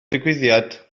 digwyddiad